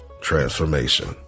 transformation